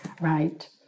right